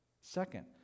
Second